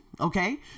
okay